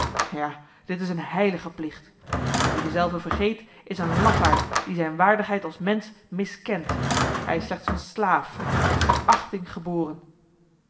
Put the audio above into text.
ja dit is een heilige plicht en wie dezelve vergeet is een lafaard die zijn waardigheid als mens miskent hij is slechts een slaaf tot verachting geboren